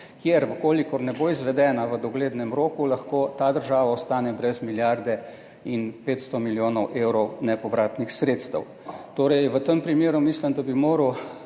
Če ne bo izvedena v doglednem roku, lahko ta država ostane brez milijarde in 500 milijonov evrov nepovratnih sredstev. V tem primeru torej mislim, da bi moral